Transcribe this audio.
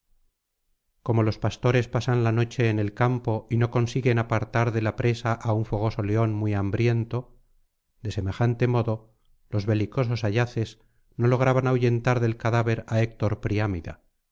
como los pastores pasan la noche en el campo y no consiguen apartar de la presa á un fogoso león muy hambriento de semejante modo los belicosos ayaces no lograban ahuyentar del cadáver á héctor priámida